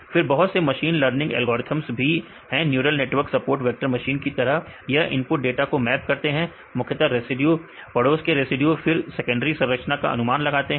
फिर बहुत से मशीन लर्निंग एल्गोरिथम्स भी हैं neural network support vector machine की तरह यह इनपुट डाटा को मैप करते हैं मुख्यतः रेसिड्यू पड़ोस का रेसिड्यू फिर सेकेंडरी संरचना का अनुमान लगाते हैं